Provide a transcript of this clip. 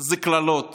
קללות